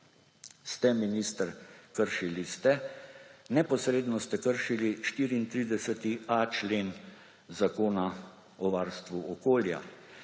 Ste minister, kršili ste, neposredno ste kršili 34.a člen Zakona o varstvu okolja,